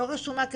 לא רשומה כפרטית,